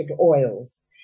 oils